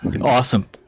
Awesome